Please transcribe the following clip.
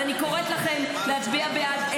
אז אני קוראת לכם להצביע בעד.